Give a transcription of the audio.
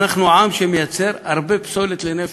אנחנו עם שמייצר הרבה פסולת לנפש.